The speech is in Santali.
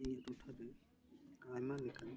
ᱤᱧᱟᱹᱜ ᱴᱚᱴᱷᱟᱨᱮ ᱟᱭᱢᱟ ᱞᱮᱠᱟᱱ